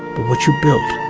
but what you built.